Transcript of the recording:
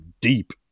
deep